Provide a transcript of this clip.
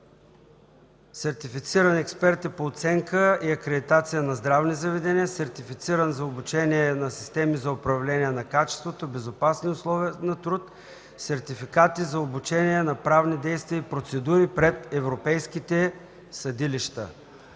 сертифициран експерт е по оценка и акредитация на здравни заведения, сертифициран за обучение на системи за управление на качеството, безопасни условия на труд, сертификати за обучение на правни действия и процедури пред европейските съдилища.